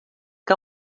que